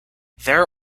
there